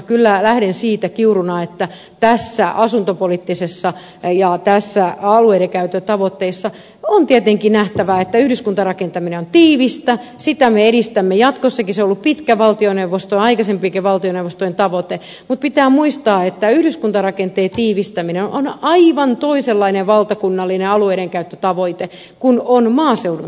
kyllä lähden siitä kiuruna että näissä asuntopoliittisissa ja alueidenkäyttötavoitteissa on tietenkin nähtävä että yhdyskuntarakentaminen on tiivistä sitä me edistämme jatkossakin se on ollut pitkä valtioneuvoston aikaisempienkin valtioneuvostojen tavoite mutta pitää muistaa että yhdyskuntarakenteen tiivistäminen on aivan toisenlainen valtakunnallinen alueidenkäyttötavoite kuin maaseudun tavoitteet